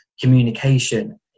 communication